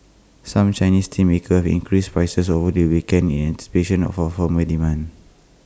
some Chinese steelmakers have increased prices over the weekend in anticipation of A firmer demand